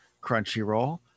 Crunchyroll